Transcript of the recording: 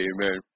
Amen